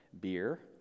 beer